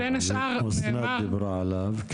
אסנת דיברה עליו.